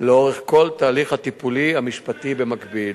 לאורך כל התהליך הטיפולי המשפטי במקביל.